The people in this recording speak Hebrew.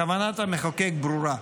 כוונת המחוקק ברורה,